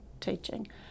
teaching